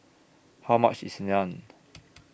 How much IS Naan